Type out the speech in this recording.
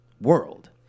world